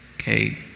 Okay